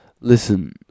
listen